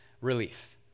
relief